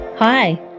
Hi